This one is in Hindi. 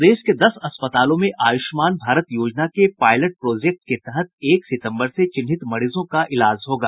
प्रदेश के दस अस्पतालों में आयुष्मान भारत योजना के पायलट प्रोजेक्ट के तहत एक सितम्बर से चिन्हित मरीजों का इलाज होगा